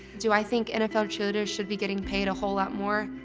do i think nfl cheerleaders should be getting paid a whole lot more?